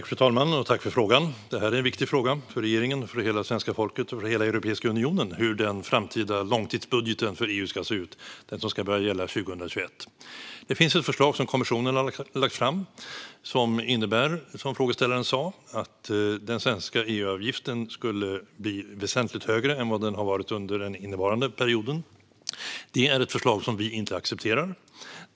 Fru talman! Tack för frågan! Det är en viktig fråga för regeringen, hela svenska folket och för hela Europeiska unionen hur den framtida långtidsbudgeten för EU ska se ut som ska börja gälla 2021. Det finns ett förslag som kommissionen har lagt fram som innebär, som frågeställaren sa, att den svenska EU-avgiften skulle bli väsentligt högre än vad den har varit under den innevarande perioden. Det är ett förslag som vi inte accepterar.